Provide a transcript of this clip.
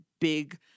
big